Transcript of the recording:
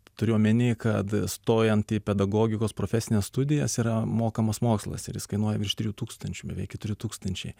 turiu omeny kad stojant į pedagogikos profesines studijas yra mokamas mokslas ir jis kainuoja virš trijų tūkstančių beveik keturi tūkstančiai